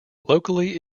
locally